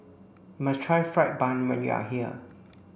must try fried bun when you are here